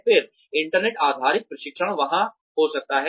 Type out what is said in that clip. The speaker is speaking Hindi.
फिर इंटरनेट आधारित प्रशिक्षण वहाँ हो सकता है